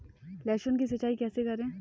लहसुन की सिंचाई कैसे करें?